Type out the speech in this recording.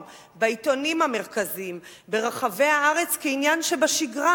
בעיתונים המרכזיים ברחבי הארץ כעניין שבשגרה.